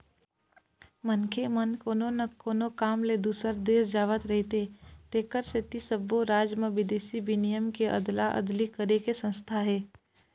मनखे मन कोनो न कोनो काम ले दूसर देश जावत रहिथे तेखर सेती सब्बो राज म बिदेशी बिनिमय के अदला अदली करे के संस्था हे